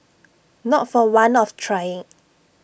not for want of trying